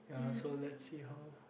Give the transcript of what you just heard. ya so let's see how